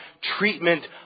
treatment